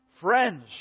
Friends